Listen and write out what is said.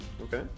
Okay